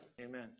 Amen